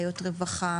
בעיות רווחה,